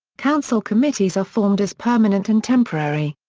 council committees are formed as permanent and temporary.